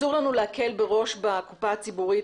אין לנו להקל ראש בקופה הציבורית,